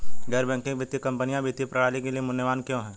गैर बैंकिंग वित्तीय कंपनियाँ वित्तीय प्रणाली के लिए मूल्यवान क्यों हैं?